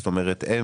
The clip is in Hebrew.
זאת אומרת,